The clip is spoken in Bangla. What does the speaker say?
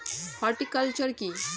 হর্টিকালচার কি?